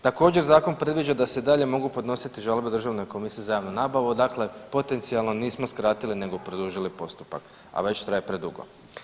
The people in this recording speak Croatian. Također zakon predviđa da se i dalje mogu podnositi žalbe Državnoj komisiji za javnu nabavu, dakle potencijalno nismo skratili nego produžili postupak, a već traje predugo.